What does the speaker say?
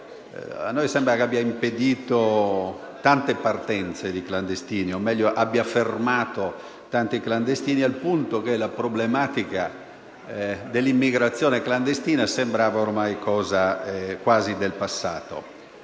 a noi sembra che abbia impedito tante partenze di clandestini, o meglio abbia fermato tanti clandestini, al punto che la problematica dell'immigrazione clandestina sembrava ormai cosa quasi del passato.